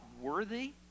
worthy